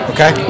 Okay